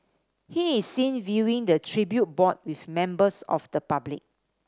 he is seen viewing the tribute board with members of the public